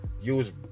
use